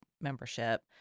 membership